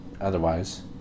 otherwise